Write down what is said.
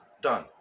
Done